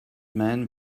men